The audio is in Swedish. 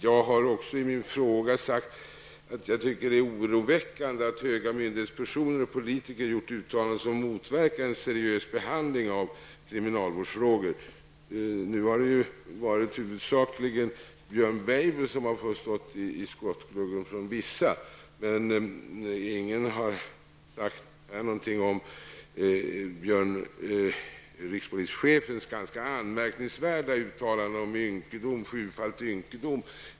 Jag har i min fråga sagt att det är oroväckande att höga myndighetspersoner och politiker gjort uttalanden som motverkar en seriös behandling av kriminalvårdsfrågor. Nu har det huvudsakligen varit Björn Weibo som fått stå i skottgluggen för vissa, men ingen har sagt någonting om rikspolischefens ganska anmärkningsvärda uttalande om sjufaldig ynkedom.